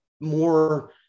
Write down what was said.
more